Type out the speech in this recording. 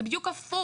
זה בדיוק הפוך.